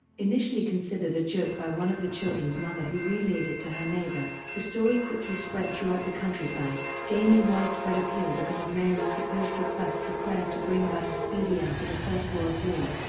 initially considered a joke by one of the children's mother who relayed it to her neighbor, the story quickly spread throughout the countryside, gaining widespread appeal because of mary's supposed request for prayers to bring about a speedy end to the first world war,